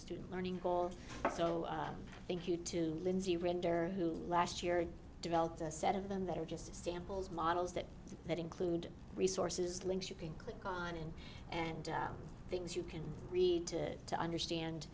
student learning goal so thank you to lindsay rinder who last year developed a set of them that are just samples models that that include resources links you can click on and and things you can read to to understand